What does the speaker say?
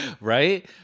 right